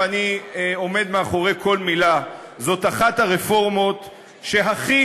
ואני עומד מאחורי כל מילה: זאת אחת הרפורמות שהכי